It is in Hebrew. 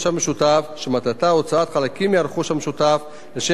שמטרתה הוצאת חלקים מהרכוש המשותף לשם התקנת